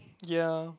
ya